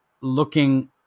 looking